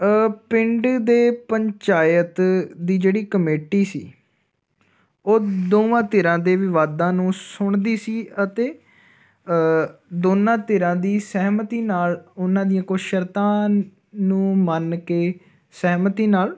ਪਿੰਡ ਦੇ ਪੰਚਾਇਤ ਦੀ ਜਿਹੜੀ ਕਮੇਟੀ ਸੀ ਉਹ ਦੋਵਾਂ ਧਿਰਾਂ ਦੇ ਵਿਵਾਦਾਂ ਨੂੰ ਸੁਣਦੀ ਸੀ ਅਤੇ ਦੋਨਾਂ ਧਿਰਾਂ ਦੀ ਸਹਿਮਤੀ ਨਾਲ ਉਹਨਾਂ ਦੀਆਂ ਕੁਛ ਸ਼ਰਤਾਂ ਨੂੰ ਮੰਨ ਕੇ ਸਹਿਮਤੀ ਨਾਲ